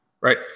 right